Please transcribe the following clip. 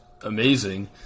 amazing